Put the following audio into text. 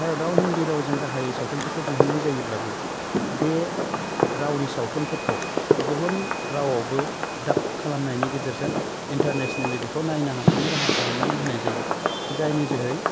भारताव हिन्दि रावजों गाहाय सावथुनफोरखौ दिहुन्नाय जायोब्लाबो बे रावनि सावथुनफोरखौ गुबुन रावआवबो दाब खालामनायनि गेजेरजों इन्टारनेशनेलि नायनो हानायनि राहाबो खालामनानै होनाय जायो जायनि जोहै